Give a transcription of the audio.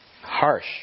Harsh